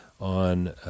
on